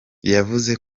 yavuze